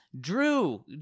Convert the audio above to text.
drew